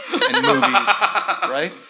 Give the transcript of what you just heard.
right